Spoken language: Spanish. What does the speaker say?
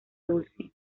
dulce